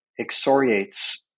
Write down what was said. exoriates